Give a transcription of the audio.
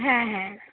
হ্যাঁ হ্যাঁ